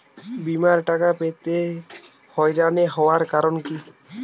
বিমার টাকা পেতে হয়রানি হওয়ার কারণ কি?